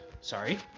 Sorry